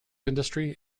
industry